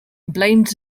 blamed